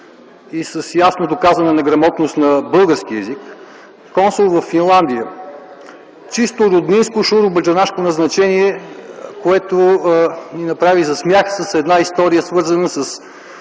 и с ясно доказана неграмотност на български език, консул във Финландия. Чисто роднинско, шуробаджанашко назначение, което ни направи за смях с една история, свързана с